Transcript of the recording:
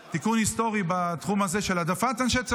היסטורי בתחום הזה של העדפת אנשי צבא.